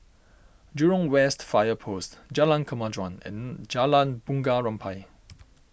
Jurong West Fire Post Jalan Kemajuan and Jalan Bunga Rampai